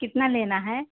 कितना लेना है